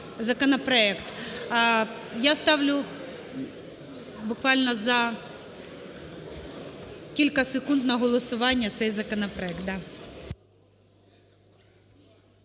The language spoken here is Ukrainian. Я ставлю буквально за кілька секунд на голосування цей законопроект.